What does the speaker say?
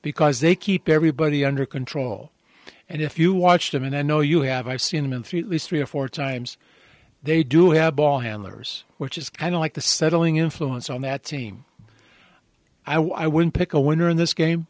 because they keep everybody under control and if you watch them and i know you have i've seen them in three at least three or four times they do have ball handlers which is kind of like the settling influence on that team i wouldn't pick a winner in this game